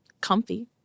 comfy